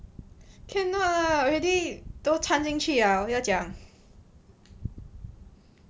天 ah already 都参进去 liao 要怎样